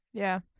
yeah,